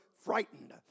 frightened